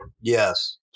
Yes